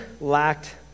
lacked